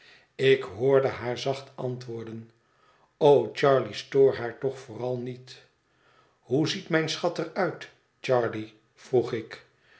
ik hoorde haar zacht antwoorden o charley stoor haar toch vooral niet hoe ziet mijn schat er uit charley vroeg ik